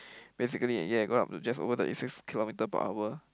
basically yeah go up to just over thirty six kilometre per hour